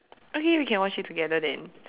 okay we can watch it together then